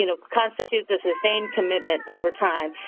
you know constitute the sustained commitment over time.